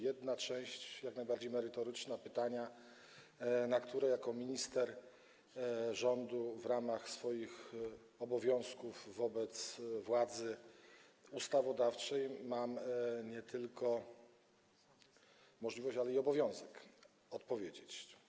Jedna część to ta jak najbardziej merytoryczna, pytania, na które jako minister rządu w ramach swoich obowiązków wobec władzy ustawodawczej mam nie tylko możliwość, ale i obowiązek odpowiedzieć.